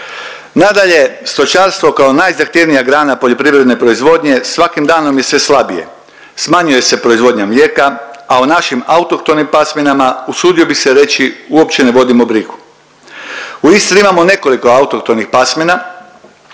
Nadalje, stočarstvo kao najzahtjevnija grana poljoprivredne proizvodnje svakim danom je sve slabije, smanjuje se proizvodnja mlijeka, a o našim autohtonim pasminama usudio bi se reći uopće ne vodimo brigu. U Istri imamo nekoliko autohtonih pasmina